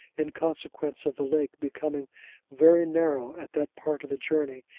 in consequence of the lake becoming very narrow at that part of the journey,